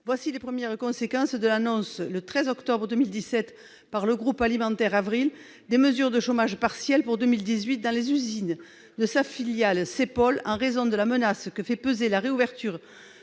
Voilà les premières conséquences de l'annonce, le 13 octobre 2017, par le groupe alimentaire Avril, des mesures de chômage partiel pour 2018 dans les usines de sa filiale Saipol, en raison de la « menace » que fait peser la réouverture